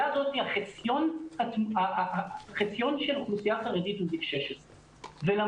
החציון של האוכלוסייה החרדית הוא גיל 16 ולמרות